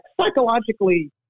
psychologically